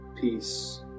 peace